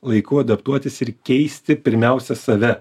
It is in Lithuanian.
laiku adaptuotis ir keisti pirmiausia save